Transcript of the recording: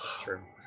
true